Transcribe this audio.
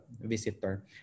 visitor